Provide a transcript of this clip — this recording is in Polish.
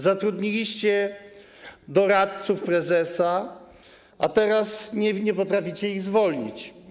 Zatrudniliście doradców prezesa, a teraz nie potraficie ich zwolnić.